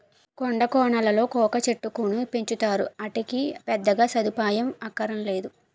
కొండా కోనలలో కోకా చెట్టుకును పెంచుతారు, ఆటికి పెద్దగా సదుపాయం అక్కరనేదు